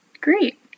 Great